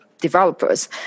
developers